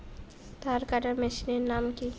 ধান কাটার মেশিনের নাম কি?